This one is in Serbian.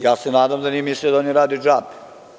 Ja se nadam da nije mislio da oni rade džabe.